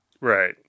Right